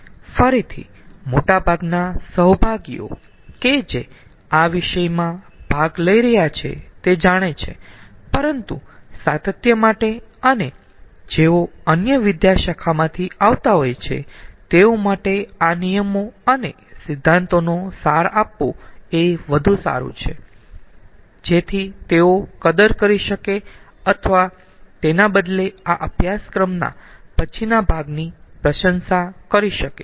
ફરીથી મોટાભાગના સહભાગીઓ કે જે આ વિષયમાં ભાગ લઈ રહ્યા છે તે જાણે છે પરંતુ સાતત્ય માટે અને જેઓ અન્ય વિદ્યાશાખામાંથી આવતા હોય છે તેઓ માટે આ નિયમો અને સિદ્ધાંતોનો સાર આપવો એ વધુ સારું છે જેથી તેઓ કદર કરી શકે અથવા તેના બદલે આ અભ્યાસક્રમના પછીના ભાગની પ્રશંસા કરી શકે